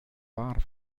wahr